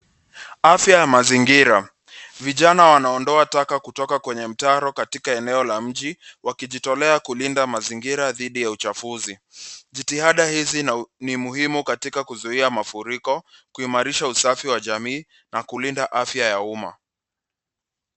Afya ya mazingira. Vijana wanaondoa taka kutoka kwenye mtaro katika eneo la mji wakijitolea kulinda mazingira dhidi ya uchafuzi. Jitihada hizi ni muhimu katika kuzuia mafuriko, kuimarisha usafi wa jamii na kulinda afya ya umma.